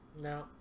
No